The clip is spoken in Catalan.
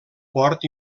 port